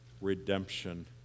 redemption